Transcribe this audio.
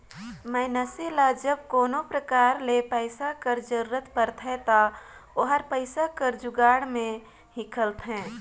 मइनसे ल जब कोनो परकार ले पइसा कर जरूरत परथे ता ओहर पइसा कर जुगाड़ में हिंकलथे